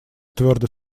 твердо